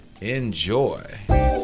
enjoy